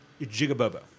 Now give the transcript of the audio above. Jigabobo